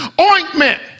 ointment